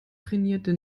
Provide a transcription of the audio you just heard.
trainierte